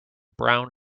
brown